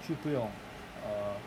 就不用 err